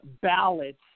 ballots